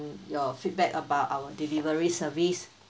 your feedback about our delivery service